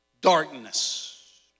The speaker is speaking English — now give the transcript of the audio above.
darkness